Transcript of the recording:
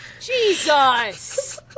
Jesus